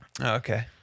Okay